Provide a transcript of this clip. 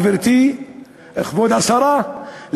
גברתי כבוד השרה,